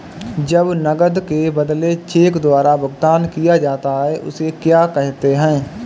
जब नकद के बदले चेक द्वारा भुगतान किया जाता हैं उसे क्या कहते है?